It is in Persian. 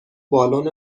بالون